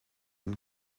and